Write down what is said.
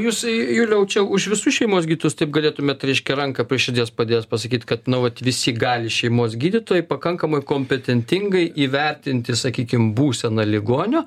jūs juliau čia už visus šeimos gydytojus taip galėtumėt reiškia ranką prie širdies padėjęs pasakyt kad nu vat visi gali šeimos gydytojai pakankamai kompetentingai įvertinti sakykim būseną ligonio